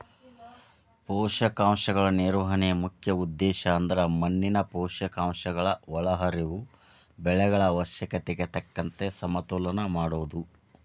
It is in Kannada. ಪೋಷಕಾಂಶಗಳ ನಿರ್ವಹಣೆಯ ಮುಖ್ಯ ಉದ್ದೇಶಅಂದ್ರ ಮಣ್ಣಿನ ಪೋಷಕಾಂಶಗಳ ಒಳಹರಿವು ಬೆಳೆಗಳ ಅವಶ್ಯಕತೆಗೆ ತಕ್ಕಂಗ ಸಮತೋಲನ ಮಾಡೋದು